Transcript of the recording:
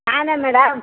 ನಾನೇ ಮೇಡಮ್